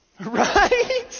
right